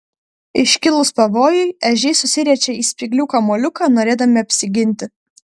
iškilus pavojui ežiai susiriečia į spyglių kamuoliuką norėdami apsiginti